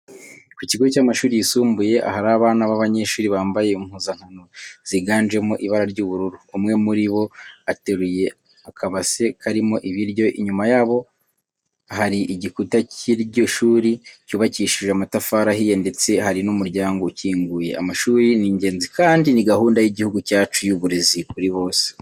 Ku kigo cy'amashuri yisumbuye ahari abana b'abanyeshuri bambaye impuzankano ziganjemo ibara ry'ubururu, umwe muri bo ateruye akabase karimo ibiryo. Inyuma yabo hari igikuta cy'iryo shuri cyubakishije amatafari ahiye ndetse hari n'umuryango ukinguye. Amashuri ni ingenzi kandi ni gahunda y'igihugu cyacu y'uburezi kuri bose.